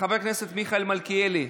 חבר הכנסת מיכאל מלכיאלי,